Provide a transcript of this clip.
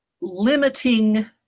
limiting